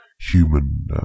human